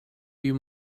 you